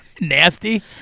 Nasty